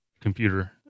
computer